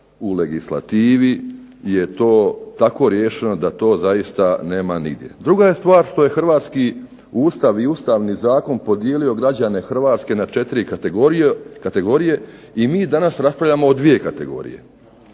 u legislativi je to tako riješeno da to zaista nema nigdje. Druga je stvar što je Ustav i Ustavni zakon podijelio građane Hrvatske na 4 kategorije i mi danas raspravljamo o dvije kategorije,